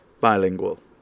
bilingual